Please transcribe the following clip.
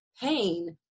pain